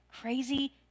crazy